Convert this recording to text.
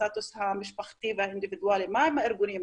הסטטוס המשפחתי והאינדיבידואלי, מה עם הארגונים?